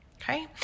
okay